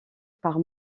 par